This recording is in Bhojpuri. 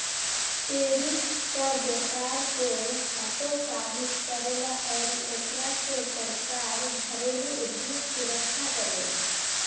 टैरिफ कर व्यपार के हतोत्साहित करेला अउरी एकरा से सरकार घरेलु उधोग सुरक्षा करेला